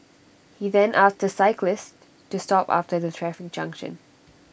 he then asked the cyclist to stop after the traffic junction